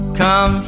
come